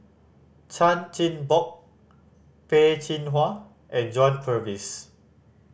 Chan Chin Bock Peh Chin Hua and John Purvis